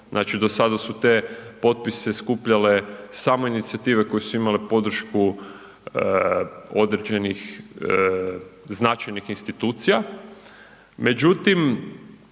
znači do sada su te potpise skupljale samo inicijative koje su imale podršku određenih značajnih institucija